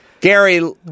Gary